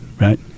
right